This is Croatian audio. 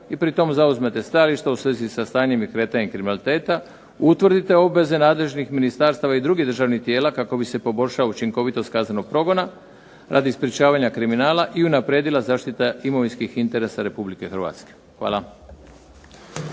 i pritom zauzmete stajališta u svezi sa stanjem i kretanjem kriminaliteta, utvrdite obveze nadležnih ministarstava i drugih državnih tijela kako bi se poboljšala učinkovitost kaznenog progona radi sprečavanja kriminala i unaprijedila zaštita imovinskih interesa RH. Hvala.